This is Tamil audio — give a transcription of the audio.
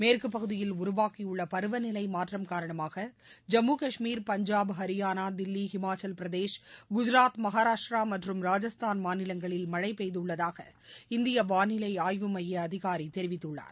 மேற்குப் பகுதியில் உருவாகியுள்ளபருவநிலைமாற்றம் காரணமாக ஜம்மு கஷ்மீர் பஞ்சாப் ஹரியானா தில்லி இமாக்கவபிரதேசம் குஜராத் மகாராஷ்டிராமற்றும் ராஜஸ்தான் மாநிலங்களில் மழழபெய்தள்ளதாக இந்தியவானிலைஆய்வு மையஅதிகாரிதெரிவித்துள்ளார்